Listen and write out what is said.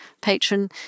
patron